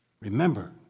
Remember